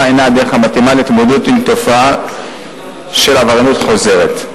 אינה הדרך המתאימה להתמודדות עם תופעה של עבריינות חוזרת.